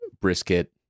brisket